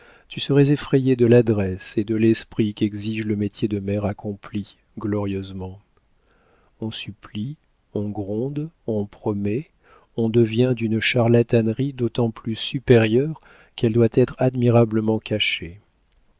tu serais effrayée de l'adresse et de l'esprit qu'exige le métier de mère accompli glorieusement on supplie on gronde on promet on devient d'une charlatanerie d'autant plus supérieure qu'elle doit être admirablement cachée